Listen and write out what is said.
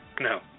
No